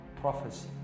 prophecy